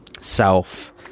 self